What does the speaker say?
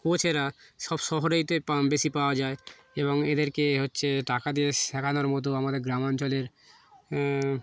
কোচেরা সব শহরেইতে বেশি পাওয়া যায় এবং এদেরকে হচ্ছে টাকা দিয়ে শেখানোর মতো আমাদের গ্রামাঞ্চলের